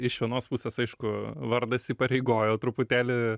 iš vienos pusės aišku vardas įpareigojo truputėlį